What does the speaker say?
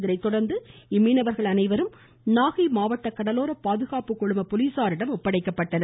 இதனை தொடர்ந்து இம்மீனவர்கள் அனைவரும் நாகை மாவட்ட கடலோர பாதுகாப்பு குழும போலீசாரிடம் ஒப்படைக்கப்பட்டனர்